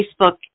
Facebook